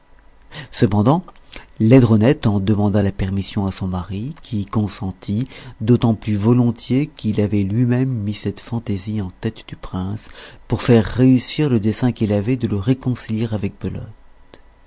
cependant laidronette en demanda la permission à son mari qui y consentit d'autant plus volontiers qu'il avait lui-même mis cette fantaisie en tête du prince pour faire réussir le dessein qu'il avait de le réconcilier avec belote